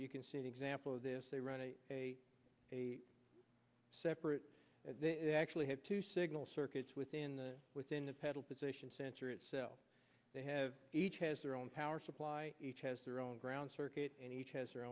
you can see an example of this they run a separate they actually have two signal circuits within the within the pedal position sensor itself they have each has their own power supply each has their own ground circuit and each has the